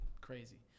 crazy